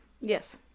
Yes